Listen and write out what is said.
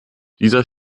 dieser